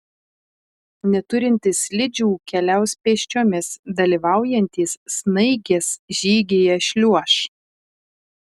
neturintys slidžių keliaus pėsčiomis dalyvaujantys snaigės žygyje šliuoš